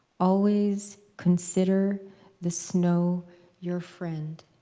always consider the snow your friend.